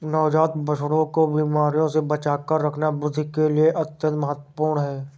नवजात बछड़ों को बीमारियों से बचाकर रखना वृद्धि के लिए अत्यंत महत्वपूर्ण है